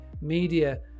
media